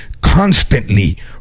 constantly